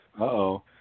Uh-oh